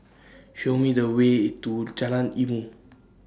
Show Me The Way to Jalan Ilmu